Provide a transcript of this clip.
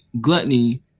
Gluttony